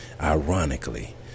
ironically